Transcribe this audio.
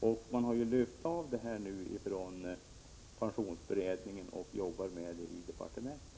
Frågan har alltså lyfts bort från pensionsberedningen och är under arbete i departementet.